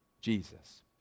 Jesus